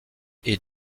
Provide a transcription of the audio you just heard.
est